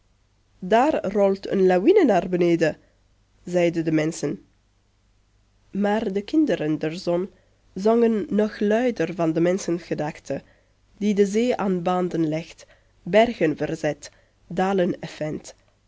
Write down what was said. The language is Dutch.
daar rolt een lawine naar beneden zeiden de menschen maar de kinderen der zon zongen nog luider van de menschengedachte die de zee aan banden legt bergen verzet dalen